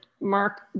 Mark